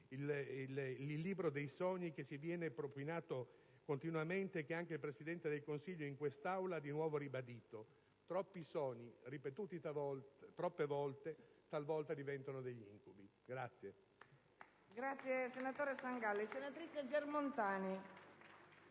il libro dei sogni che ci viene propinato continuamente e che anche il Presidente del Consiglio in quest'Aula ha di nuovo ribadito. Troppi sogni, ripetuti troppe volte, talvolta diventano degli incubi.